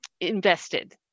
invested